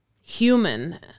human